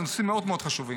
זה נושאים מאוד מאוד חשובים.